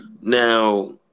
Now